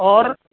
اور